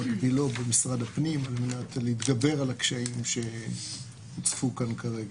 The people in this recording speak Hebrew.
מקבילו במשרד הפנים על מנת להתגבר על הקשיים שהוצפו כאן כרגע,